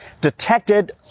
detected